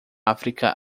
áfrica